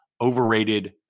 overrated